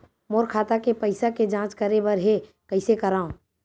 मोर खाता के पईसा के जांच करे बर हे, कइसे करंव?